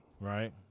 right